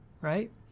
right